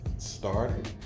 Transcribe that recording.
started